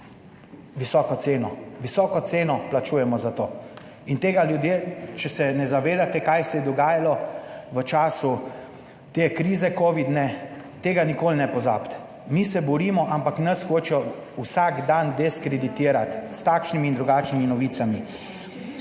visoko ceno. Visoko ceno plačujemo za to. In, ljudje, če se ne zavedate tega, kaj se je dogajalo v času te krize, covidne, tega nikoli ne pozabiti. Mi se borimo, ampak nas hočejo vsak dan diskreditirati s takšnimi in drugačnimi novicami.